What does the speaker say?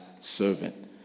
servant